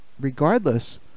Regardless